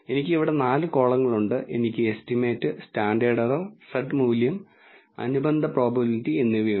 എനിക്ക് ഇവിടെ 4 കോളങ്ങളുണ്ട് എനിക്ക് എസ്റ്റിമേറ്റ് സ്റ്റാൻഡേർഡ് എറർ z മൂല്യം അനുബന്ധ പ്രോബബിലിറ്റി എന്നിവയുണ്ട്